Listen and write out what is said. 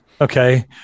Okay